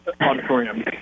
auditorium